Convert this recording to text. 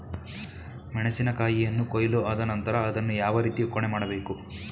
ಮೆಣಸಿನ ಕಾಯಿಯನ್ನು ಕೊಯ್ಲು ಆದ ನಂತರ ಅದನ್ನು ಯಾವ ರೀತಿ ಒಕ್ಕಣೆ ಮಾಡಬೇಕು?